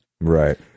Right